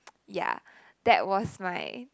ya that was my